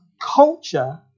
culture